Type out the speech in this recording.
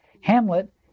Hamlet